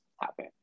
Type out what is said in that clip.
happen